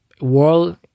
world